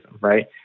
right